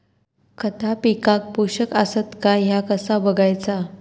खता पिकाक पोषक आसत काय ह्या कसा बगायचा?